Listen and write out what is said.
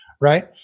right